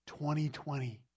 2020